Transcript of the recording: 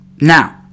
Now